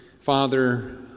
father